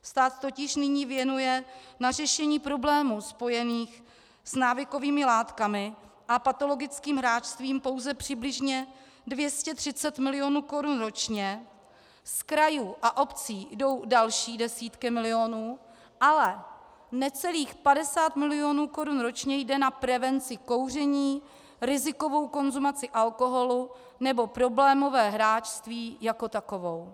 Stát totiž nyní věnuje na řešení problémů spojených s návykovými látkami a patologickým hráčstvím pouze přibližně 230 milionů ročně, z krajů a obcí jdou další desítky milionů, ale necelých 50 milionů korun ročně jde na prevenci kouření, rizikovou konzumaci alkoholu nebo problémové hráčství jako takovou.